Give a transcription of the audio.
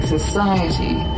Society